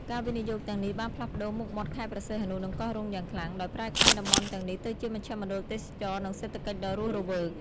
ការវិនិយោគទាំងនេះបានផ្លាស់ប្ដូរមុខមាត់ខេត្តព្រះសីហនុ និងកោះរ៉ុងយ៉ាងខ្លាំង ដោយប្រែក្លាយតំបន់ទាំងនេះទៅជាមជ្ឈមណ្ឌលទេសចរណ៍ និងសេដ្ឋកិច្ចដ៏រស់រវើក។